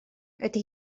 ydy